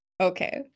Okay